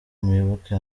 muyoboke